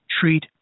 treat